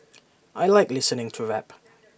I Like listening to rap